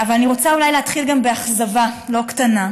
אבל אני רוצה אולי להתחיל גם באכזבה לא קטנה,